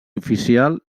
oficial